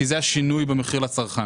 כי זה השינוי במחיר לצרכן.